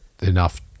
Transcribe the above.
enough